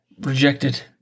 rejected